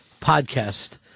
podcast